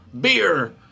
beer